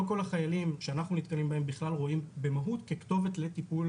לא כל החיילים שאנחנו נתקלים בהם בכלל רואים במהו"ת כתובת לטיפול.